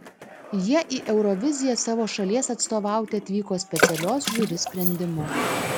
jie į euroviziją savo šalies atstovauti atvyko specialios žiuri sprendimu